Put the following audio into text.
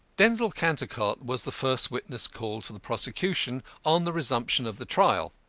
denzil cantercot was the first witness called for the prosecution on the resumption of the trial.